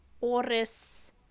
oris